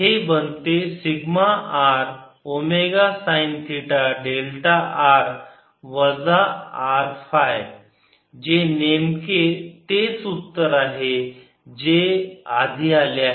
हे बनते sigma R omega sine theta delta r वजा R फाय जे नेमके तेच उत्तर आहे जे आधी आले आहे